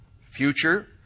Future